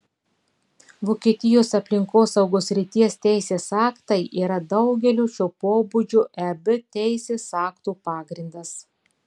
vokietijos aplinkosaugos srities teisės aktai yra daugelio šio pobūdžio eb teisės aktų pagrindas